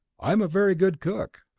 i'm a very good cook.